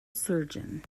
surgeon